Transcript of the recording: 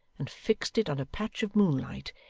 and fixed it on a patch of moonlight,